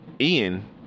Ian